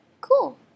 cool